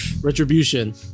Retribution